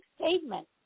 statement